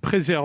proposons